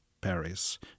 Paris